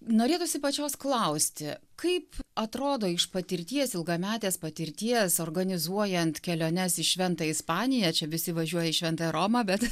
norėtųsi pačios klausti kaip atrodo iš patirties ilgametės patirties organizuojant keliones į šventą ispaniją čia visi važiuoja į šventą romą bet